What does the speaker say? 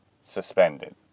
suspended